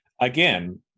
again